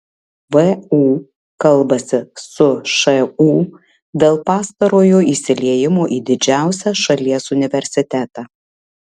vu kalbasi su šu dėl pastarojo įsiliejimo į didžiausią šalies universitetą